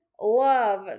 love